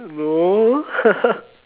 no